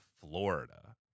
Florida